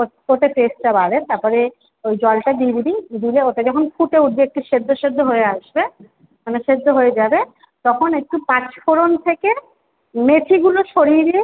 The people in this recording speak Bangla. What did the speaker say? ওত ওতে টেস্টটা বাড়ে তারপরে ওই জলটা দিয়ে দিবি দিলে ওতে যখন ফুটে উঠবে একটু সেদ্ধ সেদ্ধ হয়ে আসবে মানে সেদ্ধ হয়ে যাবে তখন একটু পাঁচ ফোড়ন থেকে মেথিগুলো সরিয়ে দিয়ে